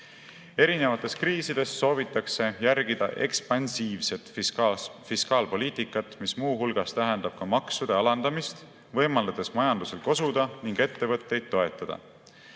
Erinevates kriisides soovitatakse järgida ekspansiivset fiskaalpoliitikat, mis muu hulgas tähendab maksude alandamist, võimaldades majandusel kosuda ning ettevõtteid toetada.